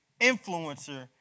influencer